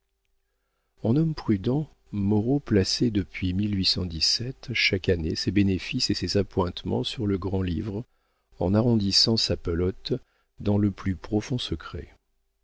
en homme prudent moreau plaçait depuis chaque année ses bénéfices et ses appointements sur le grand-livre en arrondissant sa pelote dans le plus profond secret